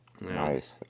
Nice